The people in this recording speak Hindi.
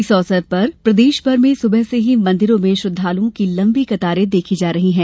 इस अवसर पर प्रदेश भर में सुबह से ही मंदिरों में श्रद्दालुओं की लंबी कतारे देखी जा रही है